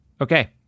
Okay